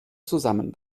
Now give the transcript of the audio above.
zusammen